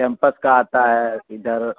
campus کا آتا ہے ادھر